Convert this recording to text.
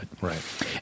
Right